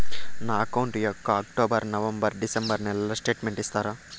నా అకౌంట్ యొక్క October, November, December నెలల స్టేట్మెంట్ ఇస్తారా?